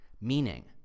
meaning